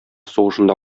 сугышында